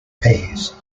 peas